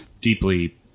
deeply